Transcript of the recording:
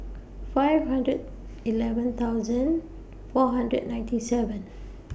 five hundred eleven thousand four hundred ninety seven